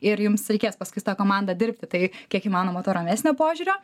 ir jums reikės paskui su ta komanda dirbti tai kiek įmanoma to ramesnio požiūrio